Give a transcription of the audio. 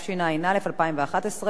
של חברת הכנסת מרינה סולודקין.